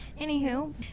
anywho